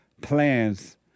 plans